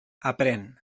aprén